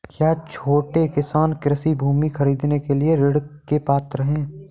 क्या छोटे किसान कृषि भूमि खरीदने के लिए ऋण के पात्र हैं?